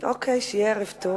שיהיה ערב טוב.